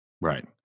right